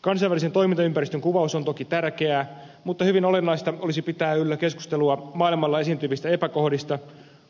kansainvälisen toimintaympäristön kuvaus on toki tärkeää mutta hyvin olennaista olisi pitää yllä keskustelua maailmalla esiintyvistä epäkohdista